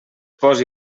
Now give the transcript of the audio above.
posi